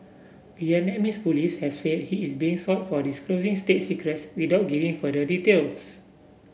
Vietnamese police have said he is being sought for disclosing state secrets without giving further details